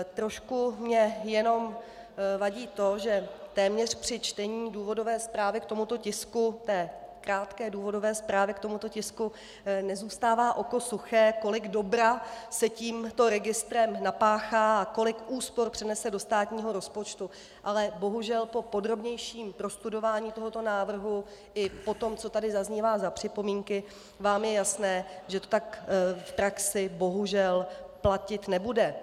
Trošku mi jenom vadí to, že při čtení důvodové zprávy k tomuto tisku, té krátké důvodové zprávy k tomuto tisku, téměř nezůstává oko suché, kolik dobra se tímto registrem napáchá a kolik úspor přinese do státního rozpočtu, ale bohužel po podrobnějším prostudování tohoto návrhu i po tom, co tady zaznívá za připomínky je vám jasné, že to tak v praxi bohužel platit nebude.